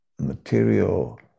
Material